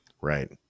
Right